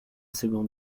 seconde